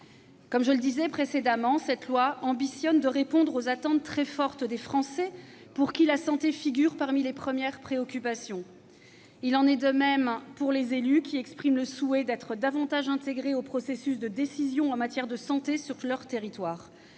Comme je le disais précédemment, ce projet de loi a pour ambition de répondre aux attentes très fortes des Français, pour qui la santé figure toujours parmi les premières préoccupations. Il en est de même pour les élus, qui expriment le souhait d'être davantage intégrés aux processus de décision en matière de santé sur leurs territoires.